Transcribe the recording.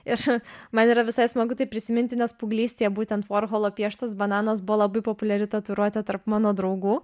ir man yra visai smagu tai prisiminti nes paauglystėje būtent vorholo pieštas bananas buvo labai populiari tatuiruotė tarp mano draugų